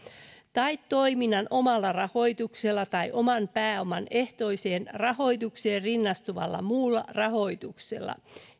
tai toiminnan omalla rahoituksella tai oman pääoman ehtoiseen rahoitukseen rinnastuvalla muulla rahoituksella